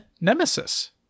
nemesis